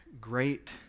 great